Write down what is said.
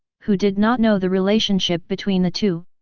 who did not know the relationship between the two,